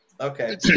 Okay